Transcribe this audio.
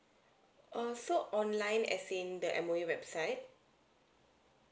err so online as in the M_O_E website